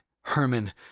Herman